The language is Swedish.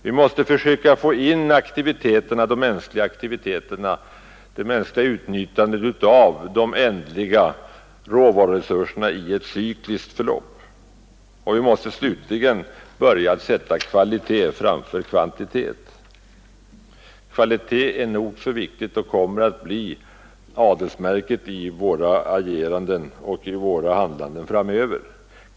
Vi måste försöka få in det mänskliga utnyttjandet av de ändliga råvaruresurserna i ett cykliskt förlopp, och vi måste slutligen börja sätta kvalitet framför kvantitet. Kvaliteten är nog så viktig och kommer att bli adelsmärket i vårt agerande framöver.